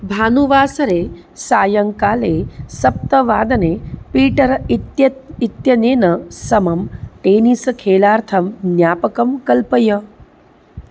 भानुवासरे सायङ्काले सप्तवादने पीटर् इत्येतत् इत्यनेन समं टेनिस् खेलार्थं ज्ञापकं कल्पय